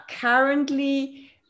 currently